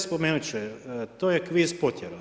Spomenut ću je, to je kviz Potjera.